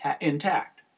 intact